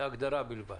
זה הגדרה בלבד.